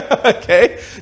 Okay